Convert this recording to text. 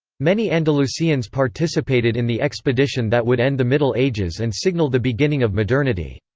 many andalusians participated in the expedition that would end the middle ages and signal the beginning of modernity.